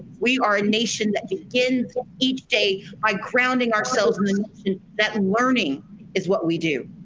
we are a nation that begins each day by grounding ourselves i mean in that learning is what we do.